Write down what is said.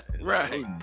Right